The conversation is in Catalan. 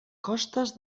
costes